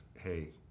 hey